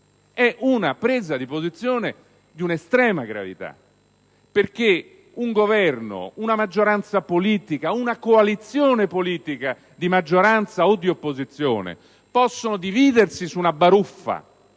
è una presa di posizione di un'estrema gravità. Un Governo, una maggioranza politica, una coalizione politica di maggioranza o di opposizione possono dividersi su una baruffa,